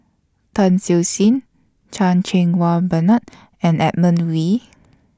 Tan Siew Sin Chan Cheng Wah Bernard and Edmund Wee